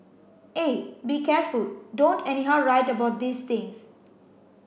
eh be careful don't anyhow write about these things